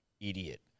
idiot